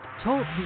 talk